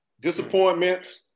disappointments